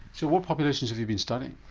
so what populations have you been studying?